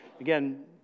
again